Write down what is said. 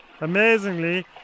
Amazingly